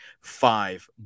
five